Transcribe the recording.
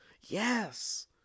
Yes